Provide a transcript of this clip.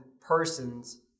persons